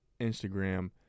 Instagram